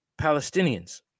Palestinians